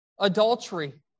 adultery